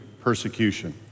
persecution